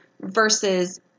versus